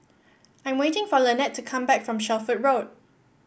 I am waiting for Lanette to come back from Shelford Road